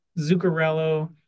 Zuccarello